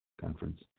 Conference